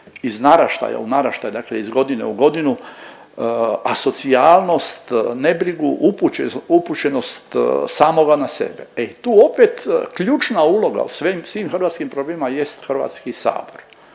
iz naraštaja u naraštaj, dakle iz godine u godinu asocijalnost nebrigu upućenost samoga na sebe. E tu opet ključna uloga u svim hrvatskim problemima jest HS koji